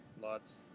lots